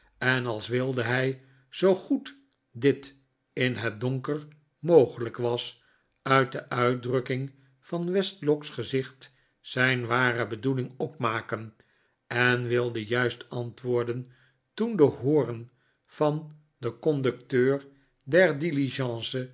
en als wilde hij zoo goed dit in het donker mogelijk was uit de uitdrukking van westlock's gezicht zijn ware bedoeling opmaken en wilde juist antwoorden toen de hoorn van den conducteur der